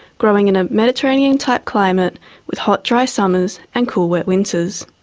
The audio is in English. growing in a mediterranean type climate with hot dry summers and cool wet winters.